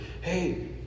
hey